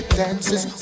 dances